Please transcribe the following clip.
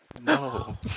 No